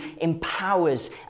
empowers